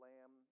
Lamb